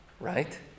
right